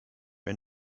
and